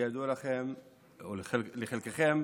כידוע לכם או לחלקכם,